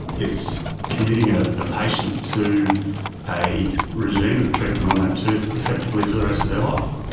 it's committing ah a patient to a regime of treatment on that tooth effectively for the rest of their life.